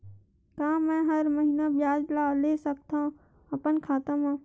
का मैं हर महीना ब्याज ला ले सकथव अपन खाता मा?